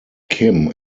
kim